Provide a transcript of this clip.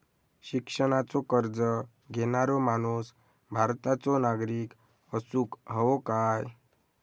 शिक्षणाचो कर्ज घेणारो माणूस भारताचो नागरिक असूक हवो काय?